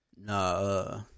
Nah